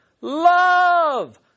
love